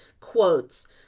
quotes